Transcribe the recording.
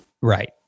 Right